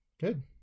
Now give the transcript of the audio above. good